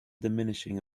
diminishing